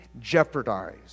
jeopardized